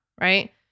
Right